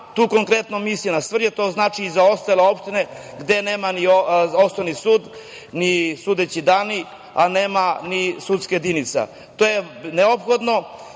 Tu konkretno mislim na Svrljig, a to znači i za ostale opštine gde nema ni osnovnog suda, ni sudećih dana, a nema ni sudskih jedinica. To je neophodno,